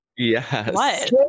Yes